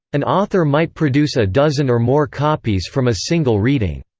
an author might produce a dozen or more copies from a single reading,